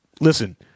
listen